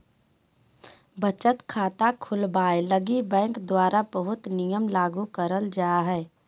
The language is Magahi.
बचत खाता खुलवावे लगी बैंक द्वारा बहुते नियम लागू करल जा हय